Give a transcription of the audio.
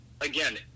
again